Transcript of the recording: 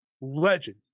legend